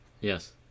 Yes